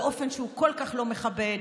באופן שהוא כל כך לא מכבד,